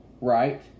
right